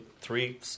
three